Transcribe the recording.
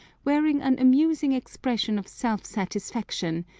wearing an amusing expression of self-satisfaction,